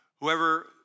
whoever